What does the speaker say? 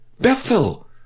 Bethel